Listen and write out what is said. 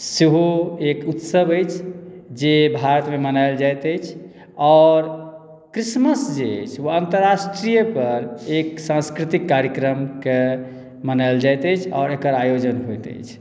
सेहो एक उत्सव अछि जे भारतमे मनाओल जाइत अछि आओर क्रिसमस जे अछि ओ अन्तर्राष्ट्रीय एक सांस्कृतिक कार्यक्रमकेँ मनाएल जाइत अछि आओर एकर आयोजन होइत अछि